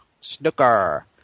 Snooker